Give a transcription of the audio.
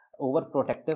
overprotective